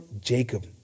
Jacob